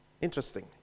Interesting